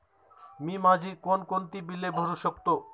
मी माझी कोणकोणती बिले भरू शकतो?